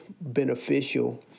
beneficial